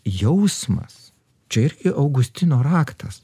jausmas čia irgi augustino raktas